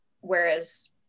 Whereas